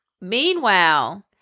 Meanwhile